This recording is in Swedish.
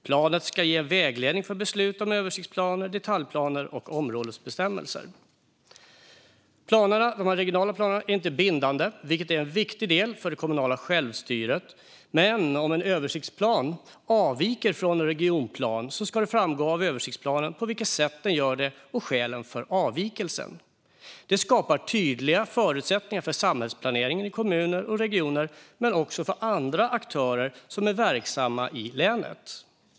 Planen ska ge vägledning för beslut om översiktsplaner, detaljplaner och områdesbestämmelser. De regionala planerna är inte bindande, vilket är viktigt för det kommunala självstyret. Men om en översiktsplan avviker från en regionplan ska det framgå av översiktsplanen på vilket sätt den gör det och skälen för avvikelsen. Det skapar tydliga förutsättningar för samhällsplaneringen i kommuner och regioner men också för andra aktörer som är verksamma i länet.